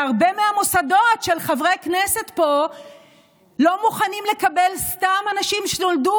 בהרבה מהמוסדות של חברי הכנסת פה לא מוכנים לקבל סתם אנשים שנולדו